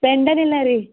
ಪೆಂಡಲ್ ಇಲ್ಲ ರೀ